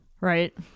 Right